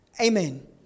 Amen